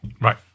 Right